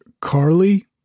Carly